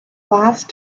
last